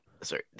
sorry